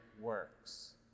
works